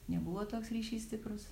nebuvo toks ryšys stiprus